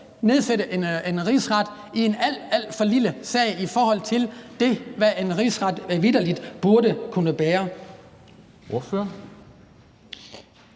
rejse en rigsretssag i en alt, alt for lille sag, i forhold til hvad en rigsretsag vitterlig burde kunne bære.